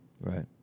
Right